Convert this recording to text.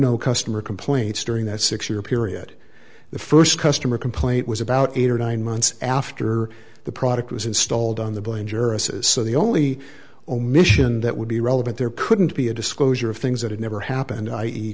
no customer complaints during that six year period the first customer complaint was about eight or nine months after the product was installed on the bullion jura says so the only omission that would be relevant there couldn't be a disclosure of things that had never happened i e